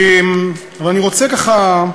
ואני רוצה, ככה,